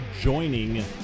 joining